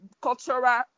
cultural